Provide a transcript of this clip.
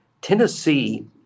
Tennessee